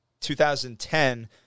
2010